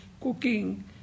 cooking